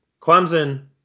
Clemson